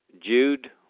Jude